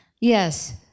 yes